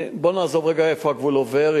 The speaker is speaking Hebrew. בואו נעזוב רגע איפה הגבול עובר,